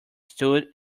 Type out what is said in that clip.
stood